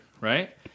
right